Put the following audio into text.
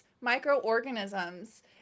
microorganisms